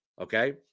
Okay